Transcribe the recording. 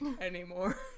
anymore